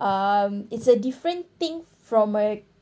um it's a different thing from a